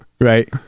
Right